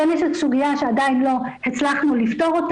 כלי נשק זו סוגיה שעדיין לא הצלחנו לפתור,